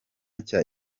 nshya